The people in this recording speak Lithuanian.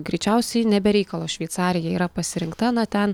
greičiausiai ne be reikalo šveicarija yra pasirinkta na ten